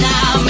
Now